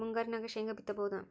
ಮುಂಗಾರಿನಾಗ ಶೇಂಗಾ ಬಿತ್ತಬಹುದಾ?